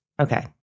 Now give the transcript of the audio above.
Okay